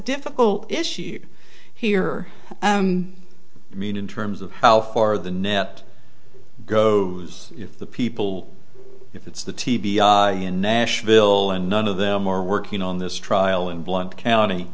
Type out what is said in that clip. difficult issue here i mean in terms of how far the net goes if the people if it's the t b i in nashville and none of them are working on this trial in blunt county